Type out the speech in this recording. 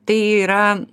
tai yra